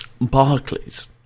Barclays